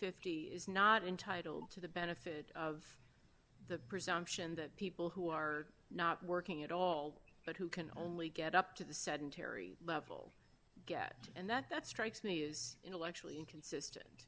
fifty is not entitle to the benefit of the presumption that people who are not working at all but who can only get up to the sedentary level and that strikes me is intellectually inconsistent